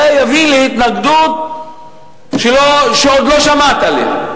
זה יביא להתנגדות שעוד לא שמעת עליה.